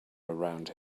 around